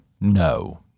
No